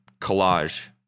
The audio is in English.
collage